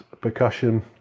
percussion